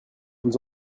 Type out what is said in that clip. vous